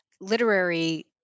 literary